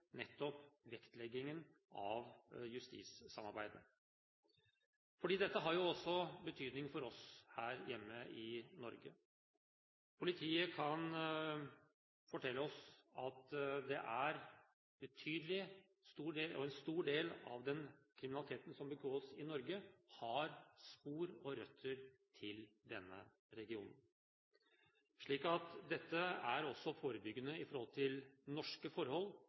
nettopp vektleggingen av justissamarbeidet. Det har jo også betydning for oss her hjemme i Norge. Politiet kan fortelle oss at en stor del av den kriminaliteten som begås i Norge, har spor og røtter til denne regionen, slik at det er forebyggende for norske forhold